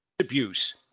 abuse